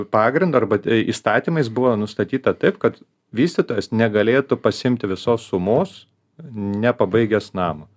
pagrindu arba ee įstatymais buvo nustatyta taip kad vystytojas negalėtų pasiimti visos sumos nepabaigęs namo